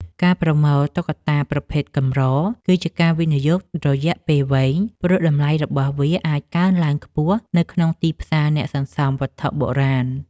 ការប្រមូលតុក្កតាប្រភេទកម្រ គឺជាការវិនិយោគរយៈពេលវែង ព្រោះតម្លៃរបស់វាអាចកើនឡើងខ្ពស់នៅក្នុងទីផ្សារអ្នកសន្សំវត្ថុបុរាណ។